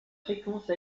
fréquence